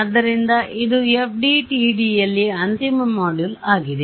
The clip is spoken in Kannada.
ಆದ್ದರಿಂದ ಇದು FDTD ಯಲ್ಲಿ ಅಂತಿಮ ಮಾಡ್ಯೂಲ್ ಆಗಿದೆ